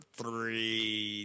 three